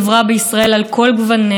לזה מתווספת כמובן,